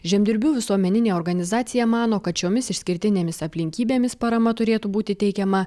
žemdirbių visuomeninė organizacija mano kad šiomis išskirtinėmis aplinkybėmis parama turėtų būti teikiama